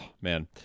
man